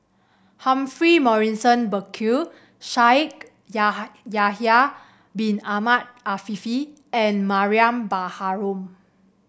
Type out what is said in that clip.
Humphrey Morrison Burkill Shaikh Yahya Bin Ahmed Afifi and Mariam Baharom